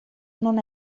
non